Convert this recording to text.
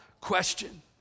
question